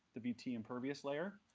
the vt impervious layer.